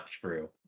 true